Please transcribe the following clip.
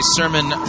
sermon